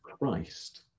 Christ